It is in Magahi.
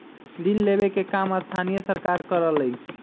ऋण लेवे के काम स्थानीय सरकार करअलई